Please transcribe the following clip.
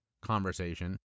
conversation